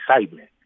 excitement